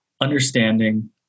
understanding